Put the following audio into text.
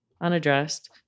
unaddressed